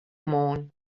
món